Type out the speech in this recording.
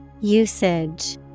Usage